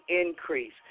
increase